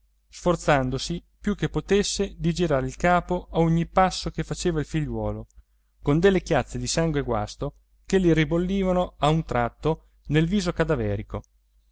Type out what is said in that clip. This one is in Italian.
sforzandosi più che potesse di girare il capo a ogni passo che faceva il figliuolo con delle chiazze di sangue guasto che le ribollivano a un tratto nel viso cadaverico